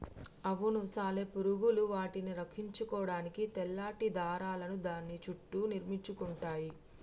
అవును సాలెపురుగులు వాటిని రక్షించుకోడానికి తెల్లటి దారాలను దాని సుట్టూ నిర్మించుకుంటయ్యి